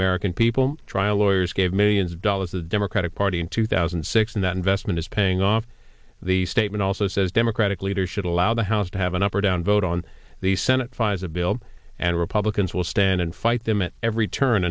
american people trial lawyers gave millions of dollars the democratic party in two thousand and six and that investment is paying off the statement also says democratic leaders should allow the house to have an up or down vote on the senate fires a bill and republicans will stand and fight them at every turn